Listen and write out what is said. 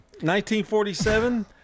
1947